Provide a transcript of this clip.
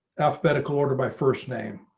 alphabetical order by first name.